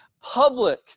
public